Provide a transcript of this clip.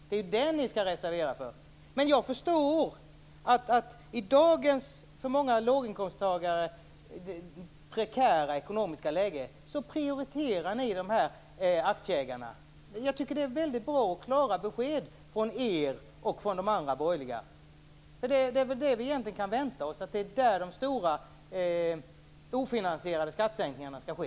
Det är ju det ni skall reservera för. Men jag förstår att ni i dagens för många låginkomsttagare prekära ekonomiska läge prioriterar de här aktieägarna. Jag tycker att det är väldigt bra och klara besked från er och från de andra borgerliga partierna. Det är väl det vi egentligen kan vänta oss. Det är där de stora ofinansierade skattesänkningarna skall ske.